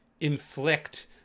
inflict